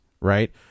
right